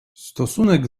stosunek